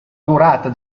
durata